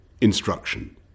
instruction